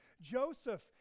Joseph